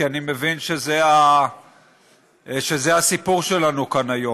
כי אני מבין שזה הסיפור שלנו כאן היום.